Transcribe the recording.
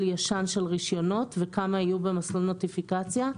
ישן של רישיונות וכמה יהיו במסלול נוטיפיקציה.